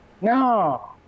no